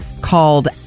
called